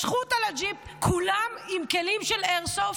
משכו אותה לג'יפ, כולם עם כלים של איירסופט.